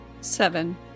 Seven